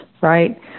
right